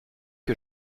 que